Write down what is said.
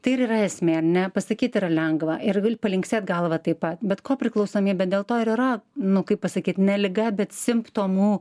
tai ir yra esmė ane pasakyt yra lengva ir palinksėt galva taip pat bet ko priklausomybę dėl to yra nu kaip pasakyi ne liga bet simptomų